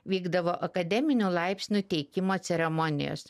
vykdavo akademinių laipsnių teikimo ceremonijos